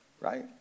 right